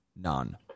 None